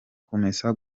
kumesa